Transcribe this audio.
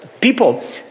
people